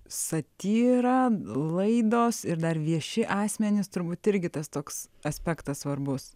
satyra laidos ir dar vieši asmenys turbūt irgi tas toks aspektas svarbus